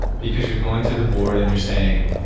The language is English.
because you're going to the board and you're saying,